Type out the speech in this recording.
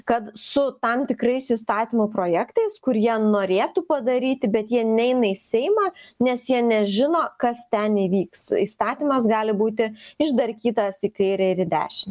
kad su tam tikrais įstatymo projektais kur jie norėtų padaryti bet jie neina į seimą nes jie nežino kas ten įvyks įstatymas gali būti išdarkytas į kairę ir į dešinę